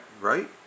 right